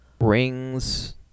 Rings